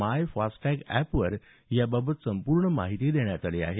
माय FASTag अॅपवर याबाबत संपूर्ण माहिती देण्यात आली आहे